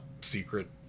secret